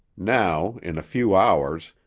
now, in a few hours,